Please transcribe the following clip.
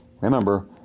remember